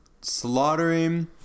slaughtering